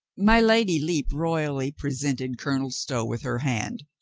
my lady lepe royally presented colonel stow with her hand,